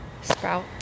sprout